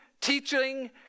teaching